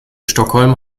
stockholm